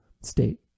state